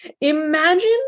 Imagine